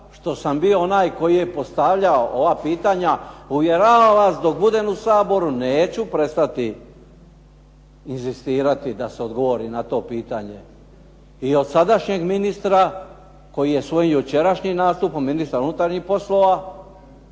što sam bio onaj koji je postavljao ova pitanja. Uvjeravam vas dok budem u Saboru neću prestati inzistirati da se odgovori na to pitanje i od sadašnjeg ministra koji je svoj jučerašnji nastup od ministra unutarnjih poslova,